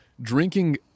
drinking